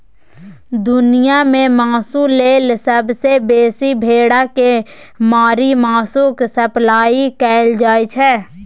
दुनियाँ मे मासु लेल सबसँ बेसी भेड़ा केँ मारि मासुक सप्लाई कएल जाइ छै